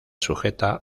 sujeta